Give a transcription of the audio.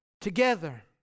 together